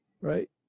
Right